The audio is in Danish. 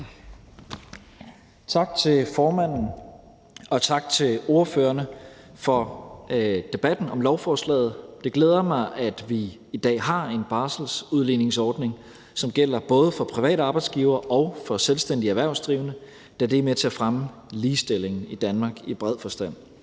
tak til formanden. Tak til ordførerne for debatten om lovforslaget. Det glæder mig, at vi i dag har en barselsudligningsordning, som gælder både for private arbejdsgivere og for selvstændigt erhvervsdrivende, da det er med til at fremme ligestillingen i Danmark i bred forstand.